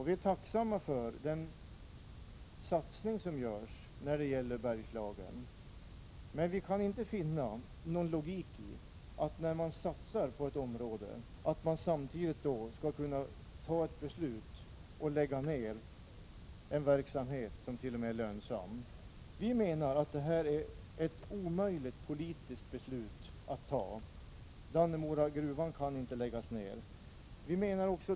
Vi är tacksamma för den satsning som görs när det gäller Bergslagen. Men vi kan inte finna någon logik i att man samtidigt som man satsar på ett område fattar ett beslut om att lägga ned en verksamhet där som t.o.m. är lönsam. Vi menar att det är ett omöjligt politiskt beslut. Dannemoragruvan kan inte läggas ned.